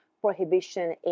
prohibition